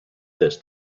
this